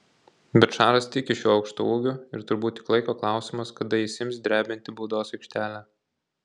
bet šaras tiki šiuo aukštaūgiu ir turbūt tik laiko klausimas kada jis ims drebinti baudos aikštelę